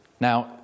Now